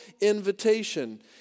invitation